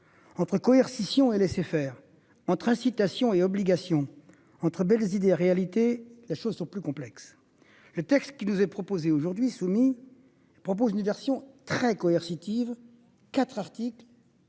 entre coercition et laisser faire entre incitation et obligation entre belles idées réalité, les choses sont plus complexes. Le texte qui nous est proposé aujourd'hui soumis propose une version très coercitive 4 articles.--